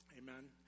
Amen